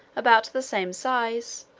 about the same size,